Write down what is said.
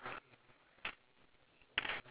yup